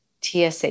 TSA